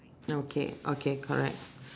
okay okay correct